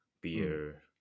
beer